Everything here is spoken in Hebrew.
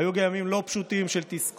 היו גם ימים לא פשוטים של תסכול,